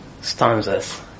stanzas